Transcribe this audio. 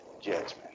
judgment